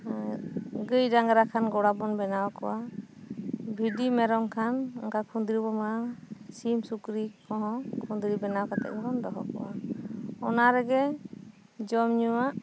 ᱮᱻᱸ ᱜᱟᱹᱭ ᱰᱟᱝᱨᱟ ᱠᱷᱟᱱ ᱜᱚᱲᱟ ᱵᱚᱱ ᱵᱮᱱᱟᱣ ᱟᱠᱚᱣᱟ ᱵᱷᱤᱰᱤ ᱢᱮᱨᱚᱢ ᱠᱷᱟᱱ ᱚᱱᱠᱟ ᱠᱷᱩᱸᱱᱫᱽᱲᱤ ᱵᱚ ᱵᱮᱱᱟᱣᱟ ᱥᱤᱢᱼᱥᱩᱠᱨᱤ ᱠᱚᱦᱚᱸ ᱠᱷᱩᱸᱱᱫᱽᱲᱤ ᱵᱮᱱᱟᱣ ᱠᱟᱛᱮᱫ ᱵᱚᱱ ᱫᱚᱦᱚ ᱠᱚᱣᱟ ᱚᱱᱟ ᱨᱮ ᱜᱮ ᱡᱚᱢ ᱧᱩᱣᱟᱜ